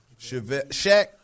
Shaq